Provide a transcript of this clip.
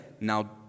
now